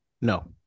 No